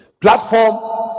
platform